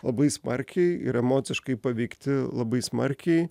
labai smarkiai ir emociškai paveikti labai smarkiai